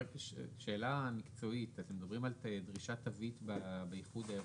שאלה מקצועית: אתם מדברים על דרישת תווית באיחוד האירופי.